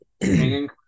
hanging